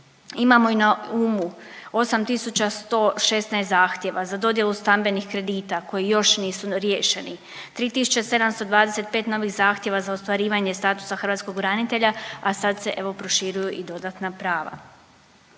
Imajmo na umu 8116 zahtjeva za dodjelu stambenih kredita koji još nisu riješeni, 3675 zahtjeva za ostvarivanje statusa hrvatskog branitelja, a sad se evo proširuju i dodatna prava.